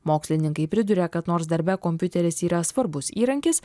mokslininkai priduria kad nors darbe kompiuteris yra svarbus įrankis